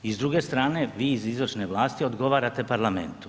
I s druge strane vi iz izvršne vlasti odgovarate parlamentu.